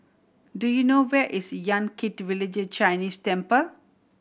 do you know where is Yan Kit Village Chinese Temple